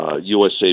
USA